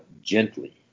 gently